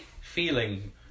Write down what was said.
feeling